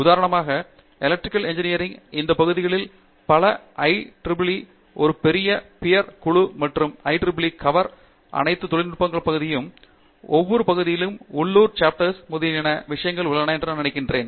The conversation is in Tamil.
உதாரணமாக எலக்ட்ரிக்கல் இன்ஜினியரிங் இந்த பகுதிகளில் பல ஐஈஈஈ ஒரு பெரிய பியர் குழு மற்றும் ஐஈஈஈ கவர் அனைத்து தொழில்நுட்ப பகுதிகள் மற்றும் ஒவ்வொரு பகுதியில் உள்ளூர் சேப்டர்கள் முதலியன போன்ற விஷயங்கள் உள்ளன என்று நான் நம்புகிறேன்